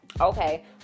Okay